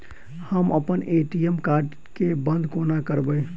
हम अप्पन ATM card केँ बंद कोना करेबै?